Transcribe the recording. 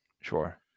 sure